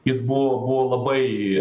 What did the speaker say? jis buvo buvo labai